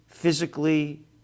physically